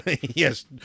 Yes